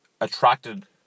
attracted